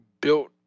built